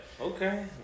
Okay